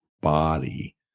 body